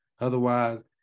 Otherwise